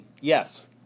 Yes